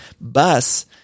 bus